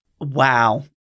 Wow